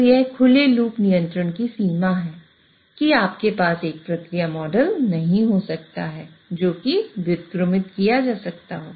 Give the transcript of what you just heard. तो यह खुले लूप नियंत्रण की सीमा है कि आपके पास एक प्रक्रिया मॉडल नहीं हो सकता है जो कि व्युत्क्रमित किया जा सकता है